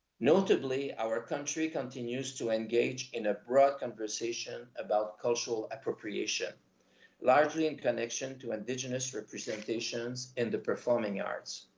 notably, our country continues to engage in a broad conversation about cultural appropriation largely in connection to indigenous representations in the performing arts.